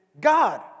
God